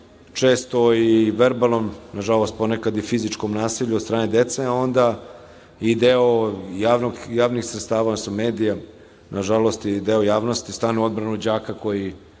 često i verbalnom, nažalost ponekad i fizičkom nasilju od strane dece, a onda i deo javnih sredstava, odnosno medija, nažalost i deo javnosti, stanu u odbranu đaka koji